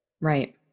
right